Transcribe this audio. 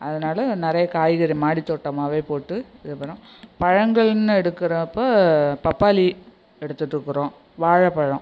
அதனால் நிறையா காய்கறி மாடித்தோட்டமாகவே போட்டு இது பண்ணோம் பழங்கள்ன்னு எடுக்குறப்போ பப்பாளி எடுத்துட்டுருக்குறோம் வாழைப்பழோம்